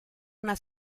una